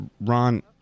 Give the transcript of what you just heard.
Ron